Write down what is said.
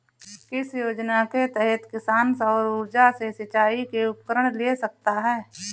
किस योजना के तहत किसान सौर ऊर्जा से सिंचाई के उपकरण ले सकता है?